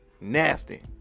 Nasty